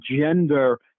gender